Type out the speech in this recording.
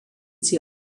sie